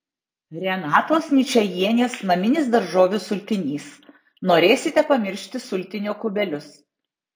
renatos ničajienės naminis daržovių sultinys norėsite pamiršti sultinio kubelius